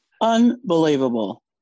Unbelievable